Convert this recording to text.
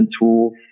tools